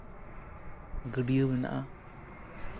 ᱜᱟᱹᱰᱭᱟᱹ ᱢᱮᱱᱟᱜᱼᱟ